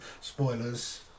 spoilers